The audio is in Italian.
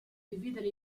dividere